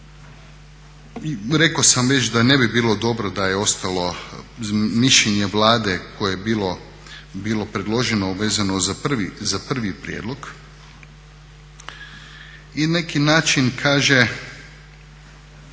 Rekao sam već da ne bi bilo dobro da je ostalo mišljenje Vlade koje je bilo predloženo vezano za prvi prijedlog i na neki način kaže